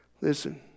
Listen